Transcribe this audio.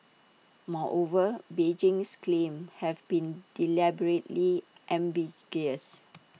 moreover Beijing's claims have been deliberately ambiguous